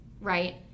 right